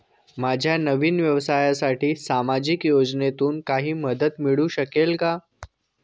माझ्या नवीन व्यवसायासाठी सामाजिक योजनेतून काही मदत मिळू शकेल का?